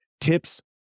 tips